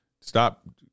stop